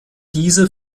diese